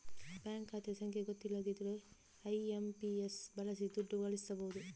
bank ಖಾತೆ ಸಂಖ್ಯೆ ಗೊತ್ತಿಲ್ದಿದ್ರೂ ಐ.ಎಂ.ಪಿ.ಎಸ್ ಬಳಸಿ ದುಡ್ಡು ಕಳಿಸ್ಬಹುದು